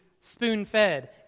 spoon-fed